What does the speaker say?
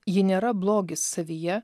ji nėra blogis savyje